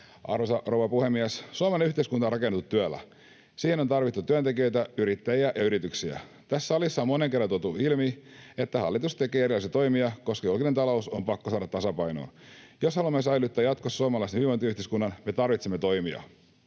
Arvoisa rouva puhemies! Suomen yhteiskunta on rakennettu työllä. Siihen on tarvittu työntekijöitä, yrittäjiä ja yrityksiä. Tässä salissa on moneen kertaan tuotu ilmi, että hallitus tekee erilaisia toimia, koska julkinen talous on pakko saada tasapainoon. Jos haluamme säilyttää jatkossa suomalaisen hyvinvointiyhteiskunnan, me tarvitsemme toimia.